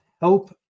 help